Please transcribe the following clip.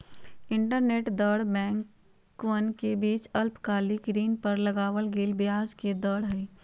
interbank दर बैंकवन के बीच अल्पकालिक ऋण पर लगावल गेलय ब्याज के दर हई